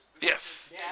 Yes